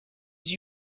that